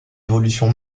évolution